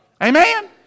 Amen